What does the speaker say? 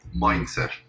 Mindset